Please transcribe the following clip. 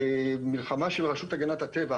ומלחמה של הרשות להגנת הטבע,